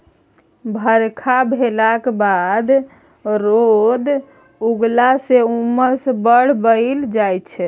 बरखा भेलाक बाद रौद उगलाँ सँ उम्मस बड़ बढ़ि जाइ छै